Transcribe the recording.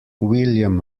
william